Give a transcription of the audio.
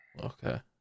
Okay